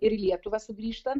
ir į lietuvą sugrįžta